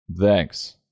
Thanks